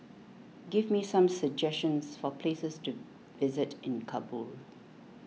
give me some suggestions for places to visit in Kabul